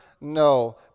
No